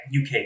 UK